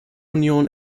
union